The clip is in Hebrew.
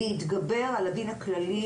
להתגבר על הדין הכללי,